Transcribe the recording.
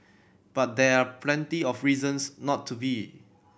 but there are plenty of reasons not to be